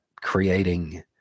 creating